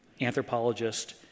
anthropologist